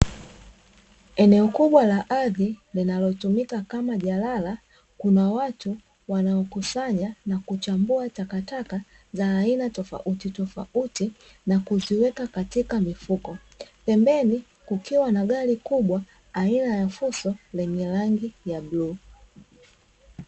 Eneo kubwa la ardhi linalotumika kama jalalani, kuna watu wanaokusanya na kuchambua takataka za aina tofautitofauti, na kuziweka katika mifuko. Pembeni kukiwa na gari kubwa aina ya fuso lenye rangi ya bluu.